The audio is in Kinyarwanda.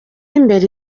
imbere